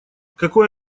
какой